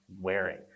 wearing